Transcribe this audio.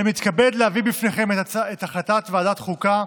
אני מתכבד להביא בפניכם את הצעת ועדת החוקה,